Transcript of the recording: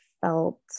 felt